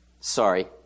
Sorry